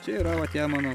čia yra va tie mano